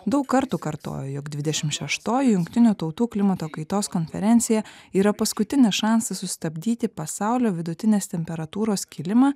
daug kartų kartojo jog dvidešim šeštoji jungtinių tautų klimato kaitos konferencija yra paskutinis šansas sustabdyti pasaulio vidutinės temperatūros kilimą